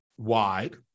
wide